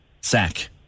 sack